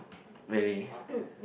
really